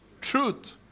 Truth